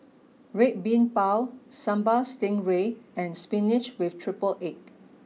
Red Bean Bao Sambal Stingray and Spinach with Triple Egg